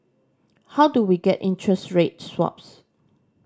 how do we get interest rate swaps